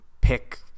pick